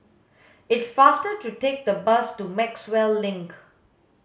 it's faster to take the bus to Maxwell Link